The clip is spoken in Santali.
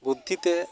ᱵᱩᱫᱽᱫᱷᱤᱛᱮ